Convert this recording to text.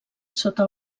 sota